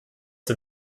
den